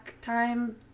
time